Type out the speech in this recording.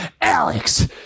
Alex